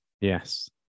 Yes